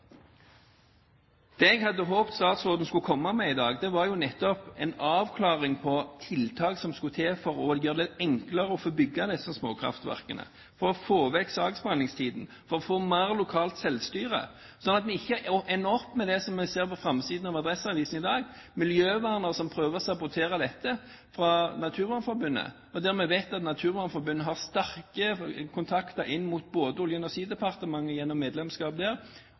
Det jeg hadde håpet statsråden skulle komme med i dag, var nettopp en avklaring av hvilke tiltak som skal til for å gjøre det enklere å få bygge disse småkraftverkene, få vekk saksbehandlingstiden, få mer lokalt selvstyre, slik at vi ikke ender opp med det som jeg ser på framsiden av Adresseavisen i dag, at miljøvernere fra Naturvernforbundet prøver å sabotere dette. Vi vet at Naturvernforbundet gjennom medlemskap der har sterke kontakter i Olje- og energidepartementet, og